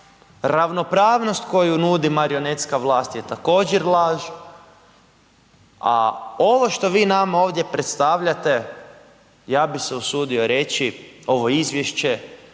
ravnopravnost koju nudi marionetska vlast je također laž, a ovo što vi nama ovdje predstavljate, ja bi se usudio reći, ovo izvješće,